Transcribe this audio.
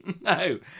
no